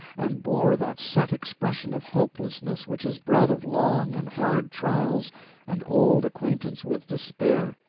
and bore that set expression of hopelessness which is bred of long and hard trials and old acquaintance with despair.